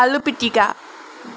aloo pitika